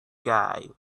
guy